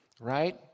Right